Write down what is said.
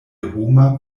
homa